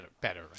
better